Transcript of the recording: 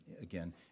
again